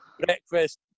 breakfast